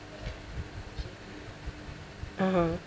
(uh huh)